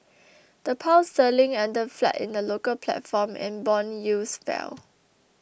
the Pound sterling ended flat in the local platform and bond yields fell